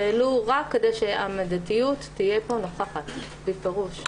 ולו רק כדי שהמידתיות תהיה נוכחת פה בפירוש.